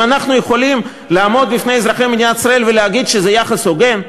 האם אנחנו יכולים לעמוד בפני אזרחי מדינת ישראל ולהגיד שזה יחס הוגן?